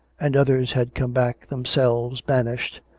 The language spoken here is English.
and others had come back themselves, banished,